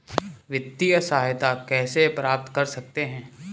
वित्तिय सहायता कैसे प्राप्त कर सकते हैं?